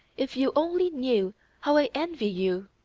if you only knew how i envy you!